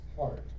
heart